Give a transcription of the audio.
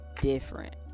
different